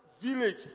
village